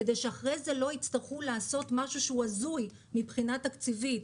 כדי שאחרי זה לא יצטרכו לעשות משהו שהוא הזוי מבחינה תקציבית.